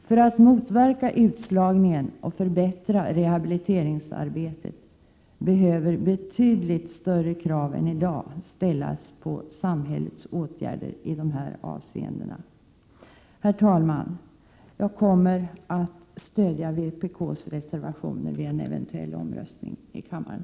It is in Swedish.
För att motverka utslagningen och förbättra rehabiliteringsarbetet behöver betydligt större krav än i dag ställas på samhällets åtgärder i de här avseendena. Herr talman! Jag kommer att stödja vpk:s reservationer vid en eventuell omröstning i kammaren.